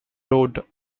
road